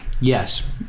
yes